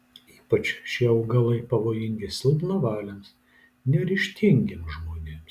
ypač šie augalai pavojingi silpnavaliams neryžtingiems žmonėms